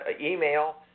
email